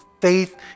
faith